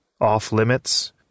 off-limits